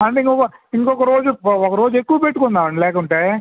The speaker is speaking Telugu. అంటే ఇం ఇంకొక రోజు ఒక రోజు ఎక్కువ పెట్టుకుందాం అండి లేకుంటే